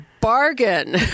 bargain